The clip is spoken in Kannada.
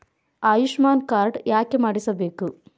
ಆಯುಷ್ಮಾನ್ ಕಾರ್ಡ್ ಯಾಕೆ ಮಾಡಿಸಬೇಕು?